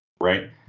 right